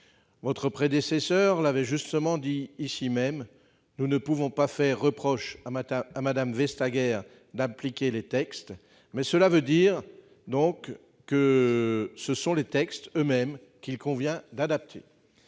votre prédécesseur l'avait justement dit ici même, nous ne pouvons pas faire reproche à Mme Vestager d'appliquer les textes, mais cela signifie donc que ce sont les textes eux-mêmes qu'il convient d'adapter.